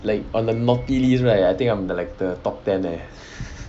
like on the naughty list right I think I'm like the top ten leh